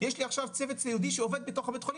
יש לי עכשיו צוות סיעודי שעובד בתוך הבית חולים,